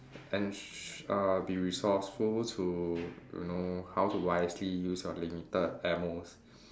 and sh~ uh be resourceful to you know how to wisely use your limited ammos